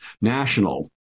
National